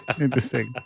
Interesting